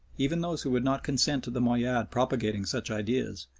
even those who would not consent to the moayyad propagating such ideas,